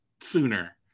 sooner